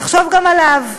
תחשוב גם עליו,